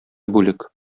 бүлек